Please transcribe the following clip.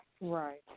Right